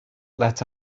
let